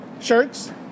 Shirts